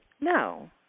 no